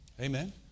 Amen